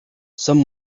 some